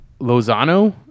Lozano